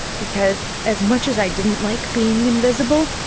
because, as much as i didn't like being invisible,